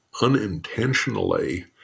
unintentionally